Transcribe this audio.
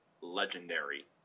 legendary